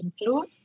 include